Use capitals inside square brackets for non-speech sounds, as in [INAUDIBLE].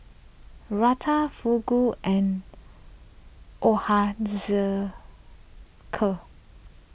Raita Fugu and [UNINTELLIGIBLE]